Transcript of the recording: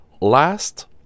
last